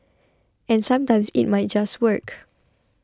and sometimes it might just work